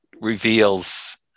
reveals